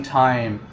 time